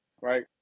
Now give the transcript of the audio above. right